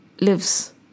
lives